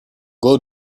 glow